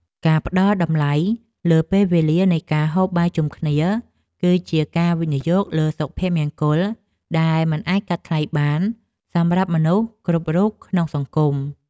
ការផ្តល់តម្លៃលើពេលវេលានៃការហូបបាយជុំគ្នា គឺជាការវិនិយោគលើសុភមង្គលដែលមិនអាចកាត់ថ្លៃបានសម្រាប់មនុស្សគ្រប់រូបក្នុងសង្គម។